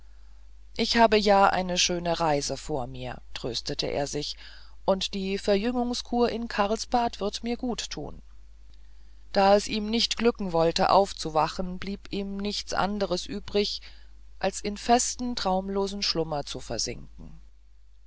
ich habe ja eine schöne reise vor mir tröstete er sich und die verjüngungskur in karlsbad wird mir guttun da es ihm nicht glücken wollte aufzuwachen blieb ihm nichts anderes übrig als in festen traumlosen schlummer zu versinken